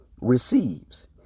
receives